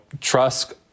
trust